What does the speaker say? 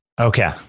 Okay